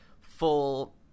full